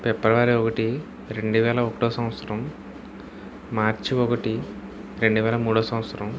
ఫిబ్రవరి ఒకటి రెండు వేల ఒకటో సంవత్సరం మార్చ్ ఒకటి రెండువేల మూడో సంవత్సరం